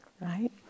right